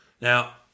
Now